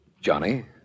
Johnny